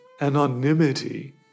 anonymity